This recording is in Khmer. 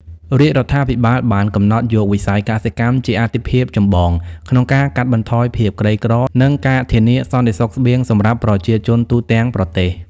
រាជរដ្ឋាភិបាលបានកំណត់យកវិស័យកសិកម្មជាអាទិភាពចម្បង ក្នុងការកាត់បន្ថយភាពក្រីក្រ និងការធានាសន្តិសុខស្បៀងសម្រាប់ប្រជាជនទូទាំងប្រទេស។